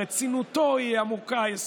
רצינותו היא עמוקה, יסודית.